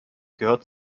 gehört